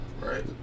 Right